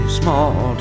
small